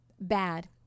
bad